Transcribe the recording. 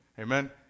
Amen